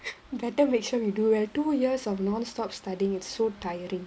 better make sure we do well two years of non-stop studying it's so tiring